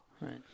Right